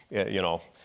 you know,